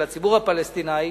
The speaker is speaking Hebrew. של הציבור הפלסטיני,